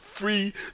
free